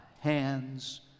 hands